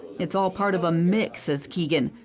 it is all part of a mix, says keegan,